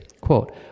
quote